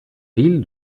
ville